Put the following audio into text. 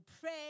pray